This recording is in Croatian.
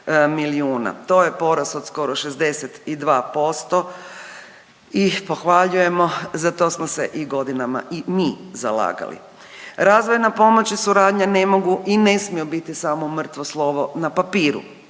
To je porast od skoro 62% i pohvaljujemo, za to smo se i godinama i mi zalagali. Razvojna pomoć i suradnja ne mogu i ne smiju biti samo mrtvo slovo na papiru.